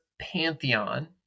pantheon